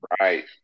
Right